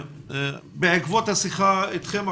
בעקבות השיחה אתכם עכשיו,